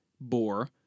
boar